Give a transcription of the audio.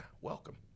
Welcome